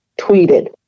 tweeted